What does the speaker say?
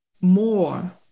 more